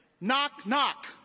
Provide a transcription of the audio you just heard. Knock-knock